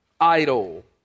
idle